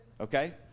okay